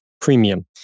premium